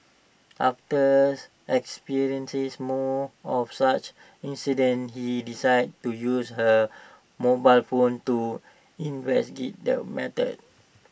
after experiencing more of such incidents she decided to use her mobile phone to the matter